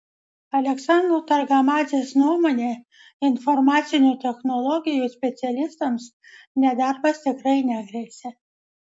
aleksandro targamadzės nuomone informacinių technologijų specialistams nedarbas tikrai negresia